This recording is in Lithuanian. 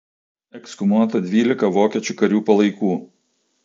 ekshumuota dvylika vokiečių karių palaikų